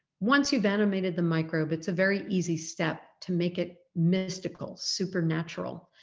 once you've animated the microbe it's a very easy step to make it mystical, supernatural,